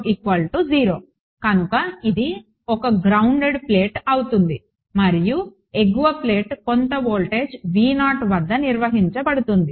0 కనుక ఇది ఒక గ్రౌన్దేడ్ ప్లేట్ అవుతుంది మరియు ఎగువ ప్లేట్ కొంత వోల్టేజ్ వద్ద నిర్వహించబడుతుంది